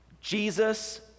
Jesus